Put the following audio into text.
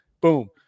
boom